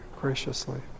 graciously